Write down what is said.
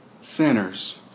Sinners